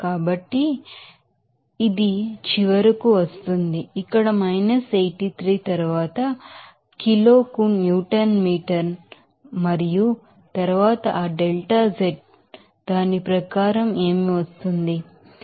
కాబట్టి ఇది చివరకు వస్తుంది ఇక్కడ 83 తరువాత కిలోకు న్యూటన్ మీటర్ మరియు తరువాత ఆ delta z దాని ప్రకారం ఏమి వస్తోంది